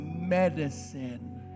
medicine